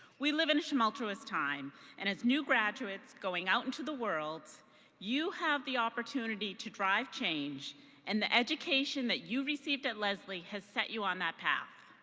we live in a tumultuous time and as new graduates going out into the world you have the opportunity to drive change and the education that you've received at lesley has set you on that path.